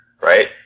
right